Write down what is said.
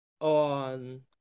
on